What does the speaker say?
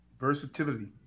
versatility